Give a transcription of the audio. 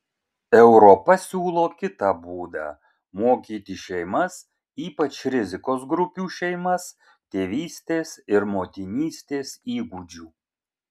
europa siūlo kitą būdą mokyti šeimas ypač rizikos grupių šeimas tėvystės ir motinystės įgūdžių